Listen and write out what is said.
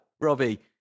Robbie